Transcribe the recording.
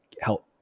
help